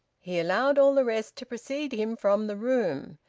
he allowed all the rest to precede him from the room.